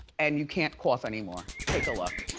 and you can't cough anymore. take a look.